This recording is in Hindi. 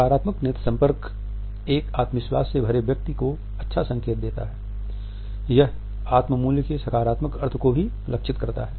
सकारात्मक नेत्र संपर्क एक आत्मविश्वास से भरे व्यक्ति को अच्छा संकेत देता है यह आत्म मूल्य के सकारात्मक अर्थ को भी लक्षित करता है